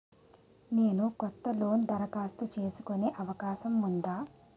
నేను కొత్త లోన్ దరఖాస్తు చేసుకునే అవకాశం ఉందా?